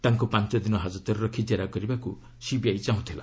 ତାଙ୍କୁ ପାଞ୍ଚ ଦିନ ହାଜତରେ ରଖି ଜେରା କରିବାକୁ ସିବିଆଇ ଚାହୁଁଥିଲା